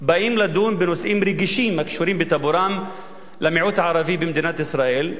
באים לדון בנושאים רגישים הקשורים בטבורם למיעוט הערבי במדינת ישראל,